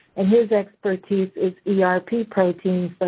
and his expertise is yeah erp proteins, so,